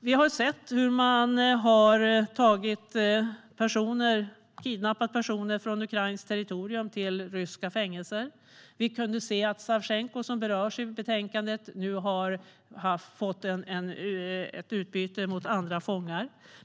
Vi har sett hur man har kidnappat personer från ukrainskt territorium till ryska fängelser. Vi kunde se ett utbyte av Savtjenko, som berörs i betänkandet, mot andra fångar.